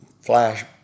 flash